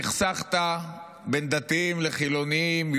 סכסכת בין דתיים לחילונים,